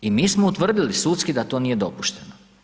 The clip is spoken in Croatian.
I mi smo utvrdili sudski da to nije dopušteno.